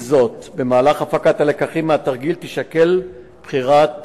עם זאת, במהלך הפקת הלקחים מהתרגיל תישקל בחירת